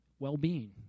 Well-being